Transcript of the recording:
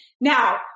Now